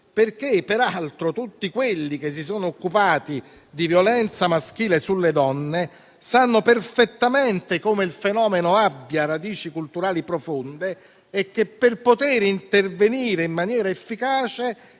scuole. Peraltro, tutti coloro che si sono occupati di violenza maschile sulle donne sanno perfettamente come il fenomeno abbia radici culturali profonde e che per poter intervenire in maniera efficace